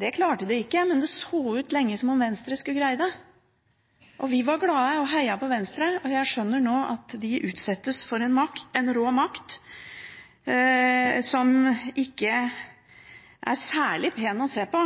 Det klarte de ikke, men det så lenge ut som om Venstre skulle greie det. Vi var glade og heia på Venstre. Jeg skjønner nå at de utsettes for en makt, en rå makt, som ikke er særlig pen å se på.